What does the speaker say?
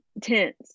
tense